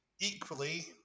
Equally